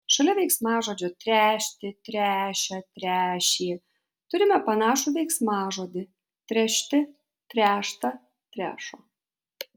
šalia veiksmažodžio tręšti tręšia tręšė turime panašų veiksmažodį trešti tręšta trešo